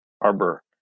Arbor